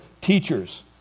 teachers